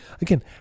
Again